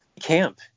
camp